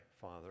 Father